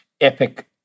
epic